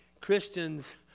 Christians